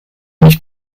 nicht